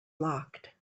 locked